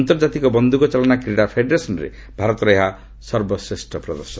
ଆନ୍ତର୍ଜାତିକ ବନ୍ଧୁକ ଚାଳନା କ୍ରୀଡ଼ା ଫେଡେରେସନ୍ରେ ଭାରତର ଏହା ସର୍ବଶ୍ରେଷ୍ଠ ପ୍ରଦର୍ଶନ